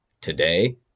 today